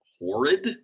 horrid